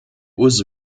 was